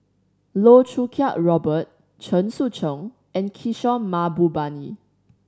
Loh Choo Kiat Robert Chen Sucheng and Kishore Mahbubani